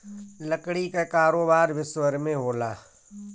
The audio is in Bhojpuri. लकड़ी कअ कारोबार विश्वभर में होला